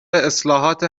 اصلاحات